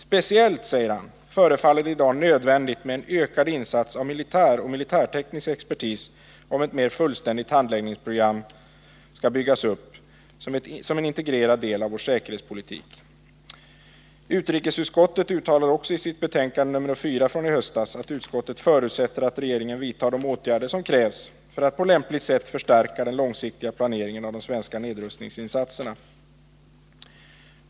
Speciellt, säger han, förefaller det i dag nödvändigt med en ökad insats av militär och militärteknisk expertis, om ett mer fullständigt handläggningsprogram skall byggas upp som en integrerad del av vår säkerhetspolitik. Utrikesutskottet uttalar också i sitt betänkande nr 4 från i höstas att utskottet förutsätter att regeringen vidtar de åtgärder som krävs för att på lämpligt sätt förstärka den långsiktiga planeringen av de svenska nedrustningsinsatserna.